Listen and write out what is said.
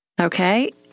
Okay